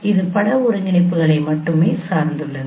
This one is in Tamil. இது பட ஒருங்கிணைப்புகளை மட்டுமே சார்ந்துள்ளது